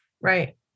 Right